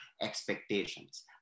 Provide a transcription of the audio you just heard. expectations